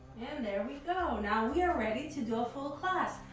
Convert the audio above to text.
and there we go, now we are ready to do a full class.